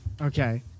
Okay